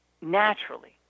naturally